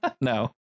no